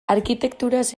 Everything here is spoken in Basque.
arkitekturaz